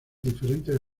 diferentes